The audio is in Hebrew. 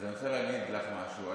אז אני רוצה להגיד לך משהו.